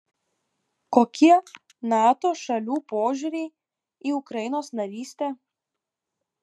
kokie nato šalių požiūriai į ukrainos narystę